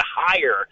higher